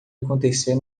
acontecer